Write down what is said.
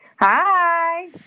Hi